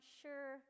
sure